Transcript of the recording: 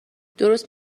درست